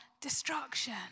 destruction